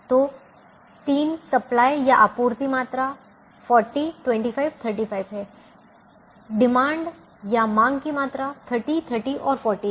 तो 3 सप्लाई आपूर्ति मात्रा 40 25 35 है डिमांड मांग की मात्रा 30 30 और 40 है